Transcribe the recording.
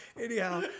anyhow